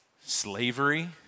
Slavery